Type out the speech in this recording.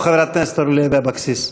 חברת הכנסת אורלי לוי אבקסיס.